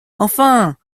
enfin